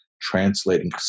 translating